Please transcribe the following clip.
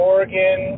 Oregon